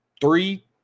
Three